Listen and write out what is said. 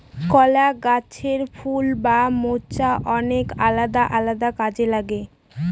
কলা গাছের ফুল বা মোচা অনেক আলাদা আলাদা কাজে লাগে